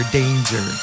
danger